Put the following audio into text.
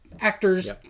Actors